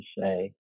say